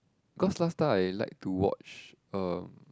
cause last time I like to watch uh